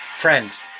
Friends